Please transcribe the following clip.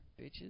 Bitches